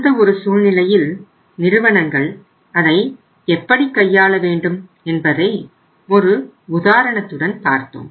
அந்த ஒரு சூழ்நிலையில் நிறுவனங்கள் அதை எப்படி கையாள வேண்டும் என்பதை ஒரு உதாரணத்துடன் பார்த்தோம்